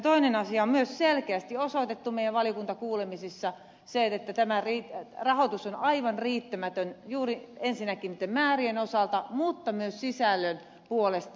toinen asia joka on myös selkeästi osoitettu meidän valiokuntakuulemisissa on että rahoitus on aivan riittämätön juuri ensinnäkin määrien osalta mutta myös sisällön puolesta